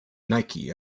nike